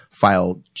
file